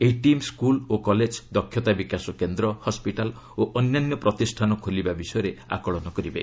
ଏହି team school ଓ college ଦକ୍ଷତା ବିକାଶ କେନ୍ଦ୍ର ହସ୍କିଟାଲ୍ ଓ ଅନ୍ୟାନ୍ୟ ପ୍ରତିଷ୍ଠାନ ଖୋଲିବା ବିଷୟରେ ଆକଳନ କରିବେ